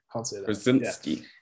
Krasinski